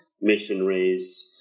missionaries